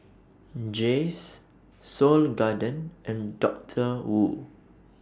Jays Seoul Garden and Doctor Wu